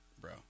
bro